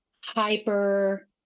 hyper